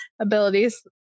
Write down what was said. abilities